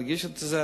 להגיש את זה.